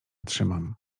trzymam